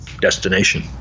destination